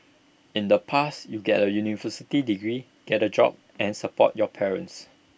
in the past you get A university degree get A job and support your parents